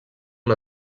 amb